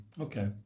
Okay